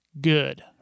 good